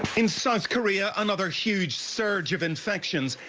in south korea another huge surge of infections.